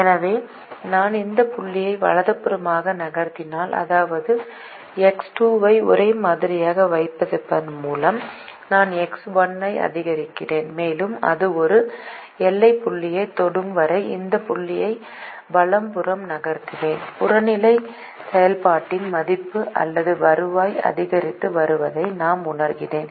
எனவே நான் இந்த புள்ளியை வலதுபுறமாக நகர்த்தினால் அதாவது எக்ஸ் 2 ஐ ஒரே மாதிரியாக வைத்திருப்பதன் மூலம் நான் எக்ஸ் 1 ஐ அதிகரிக்கிறேன் மேலும் இது ஒரு எல்லை புள்ளியைத் தொடும் வரை இந்த புள்ளியை வலப்புறம் நகர்த்துவேன் புறநிலை செயல்பாட்டின் மதிப்பு அல்லது வருவாய் அதிகரித்து வருவதை நான் உணர்கிறேன்